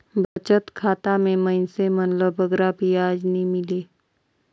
बचत खाता में मइनसे मन ल बगरा बियाज नी मिले